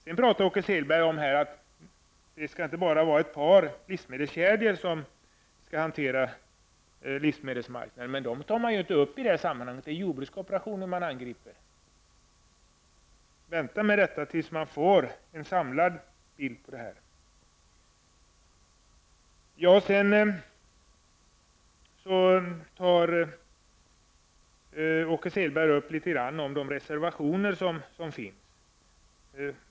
Sedan talar Åke Selberg om att det inte bara skall vara ett par livsmedelskedjor som skall hantera livsmedelsmarknaden. Dem tar man ju inte upp i det här sammanhanget. Det är jordbrukskooperationen man angriper. Vänta med det tills man får en samlad bild av detta. Åke Selberg diskuterar litet de reservationer som finns.